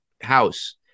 house